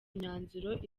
imyanzuro